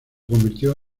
convirtió